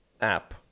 app